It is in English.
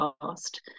fast